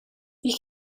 you